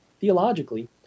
theologically